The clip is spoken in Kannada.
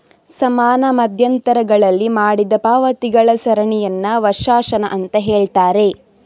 ಸಮಾನ ಮಧ್ಯಂತರಗಳಲ್ಲಿ ಮಾಡಿದ ಪಾವತಿಗಳ ಸರಣಿಯನ್ನ ವರ್ಷಾಶನ ಅಂತ ಹೇಳ್ತಾರೆ